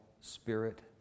Spirit